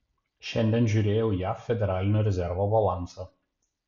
šiandien žiūrėjau jav federalinio rezervo balansą